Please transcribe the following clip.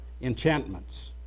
enchantments